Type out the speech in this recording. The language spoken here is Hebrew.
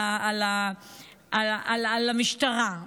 על המשטרה,